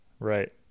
Right